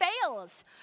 fails